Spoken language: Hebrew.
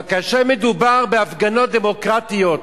אבל כאשר מדובר בהפגנות דמוקרטיות,